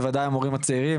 ובמיוחד המורים הצעירים,